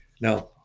Now